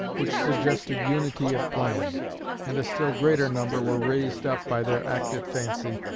which suggested unity of plan and a still greater number were raised up by their active fancy,